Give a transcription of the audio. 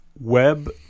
web